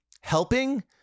helping